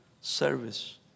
service